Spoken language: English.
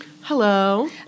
Hello